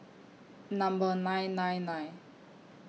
Number nine nine nine